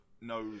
no